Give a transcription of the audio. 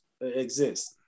exist